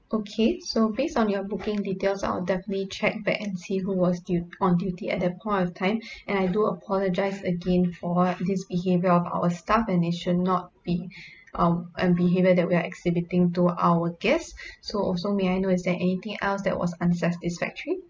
okay so based on your booking details I'll definitely check back and see who was du~ on duty at that point of time and I do apologise again for this behaviour of our staff and it should not be um a behaviour that we're exhibiting to our guests so also may I know is there anything else that was unsatisfactory